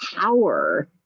power